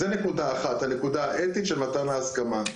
זו נקודה אחת, הנקודה האתית של מתן ההסכמה.